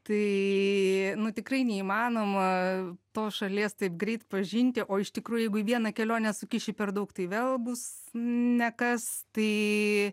tai nu tikrai neįmanoma tos šalies taip greit pažinti o iš tikrųjų jeigu į vieną kelionę sukiši per daug tai vėl bus ne kas tai